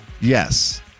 Yes